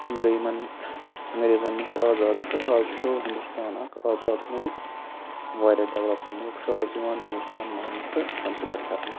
تِم گٔے یِمَن انگریٚزَن نِش آزاد تہٕ آز چھُ ہنٛدوستان اَکھ آزاد مُلک واریاہ ڈیٚولَپٕڈ مُلک چھُ آز یِوان ہنٛدوستان ماننہٕ تہٕ کَنسِڈَر کَرنہٕ